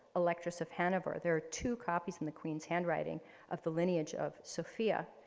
electress of hanover. there are two copies in the queen's handwriting of the lineage of sophia.